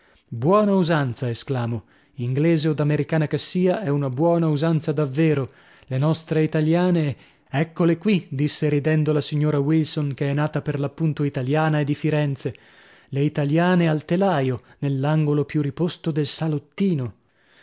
buona usanza esclamo inglese od americana che sia è una buona usanza davvero le nostre italiane eccole qui disse ridendo la signora wilson che è nata per l'appunto italiana e di firenze le italiane al telaio nell'angolo più riposto del salottino